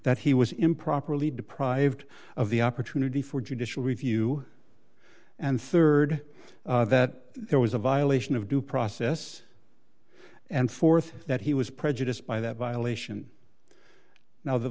that he was improperly deprived of the opportunity for judicial review and rd that there was a violation of due process and th that he was prejudiced by that violation now the